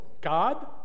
God